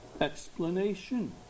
explanation